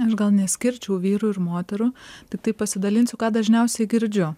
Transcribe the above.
aš gal neskirčiau vyrų ir moterų tiktai pasidalinsiu ką dažniausiai girdžiu